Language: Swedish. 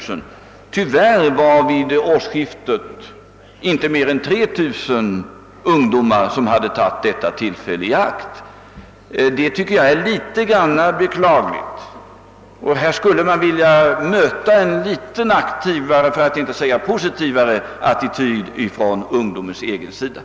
Men tyvärr var det vid årsskiftet inte mer än 3 000 ungdomar som hade tagit detta tillfälle i akt. Det tycker jag är litet beklagligt. Där skulle vi vilja möta en mera aktiv, för att inte säga positiv, attityd från ungdomen själv.